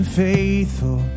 faithful